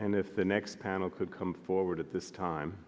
and if the next panel could come forward at this time